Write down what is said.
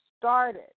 started